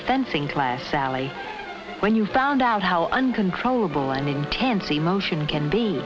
the fencing class sally when you found out how uncontrollable and intense emotion can be